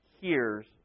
hears